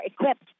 equipped